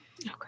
Okay